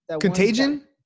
Contagion